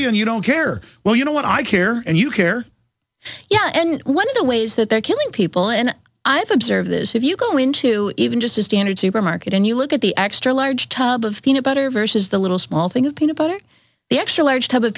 you and you don't care well you know what i care and you care yeah and one of the ways that they're killing people and i've observed this if you go into even just a standard supermarket and you look at the extra large tub of peanut butter versus the little small thing of peanut butter the extra large type of